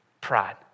Pride